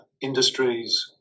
industries